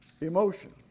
emotion